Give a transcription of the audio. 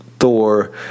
Thor